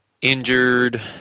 Injured